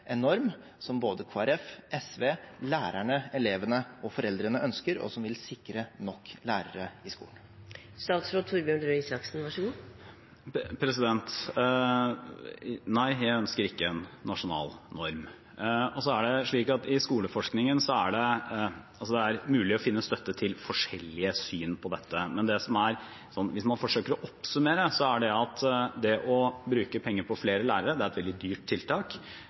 en norm som både Kristelig Folkeparti, SV, lærerne, elevene og foreldrene ønsker, og som vil sikre nok lærere i skolen? Nei, jeg ønsker ikke en nasjonal norm. Så er det slik at i skoleforskningen er det mulig å finne støtte til forskjellige syn på dette. Hvis man forsøker å oppsummere det: Det å bruke penger på flere lærere er et veldig dyrt tiltak,